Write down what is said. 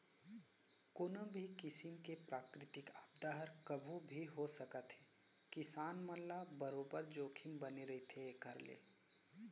कोनो भी किसिम के प्राकृतिक आपदा हर कभू भी हो सकत हे किसान मन ल बरोबर जोखिम बने रहिथे एखर ले